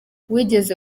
wigeze